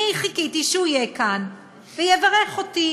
אני חיכיתי שהוא יהיה כאן ויברך אותי